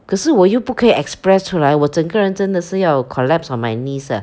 可是我又不可以 express 出来我整个人真的是要 collapse on my knees uh